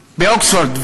אוקספורד,